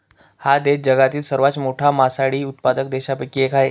हा देश जगातील सर्वात मोठा मासळी उत्पादक देशांपैकी एक आहे